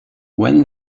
when